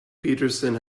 peterson